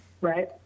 Right